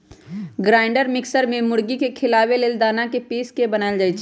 grinder mixer में मुर्गी के खियाबे लेल दना के पिस के बनाएल जाइ छइ